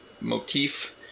motif